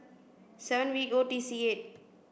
seven V O T C eight